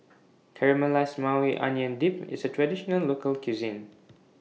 Caramelized Maui Onion Dip IS A Traditional Local Cuisine